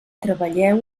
treballeu